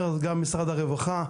גם בנושא אזרח ותיק,